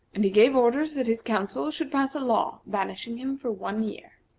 and he gave orders that his council should pass a law banishing him for one year.